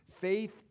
Faith